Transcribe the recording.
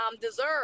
deserve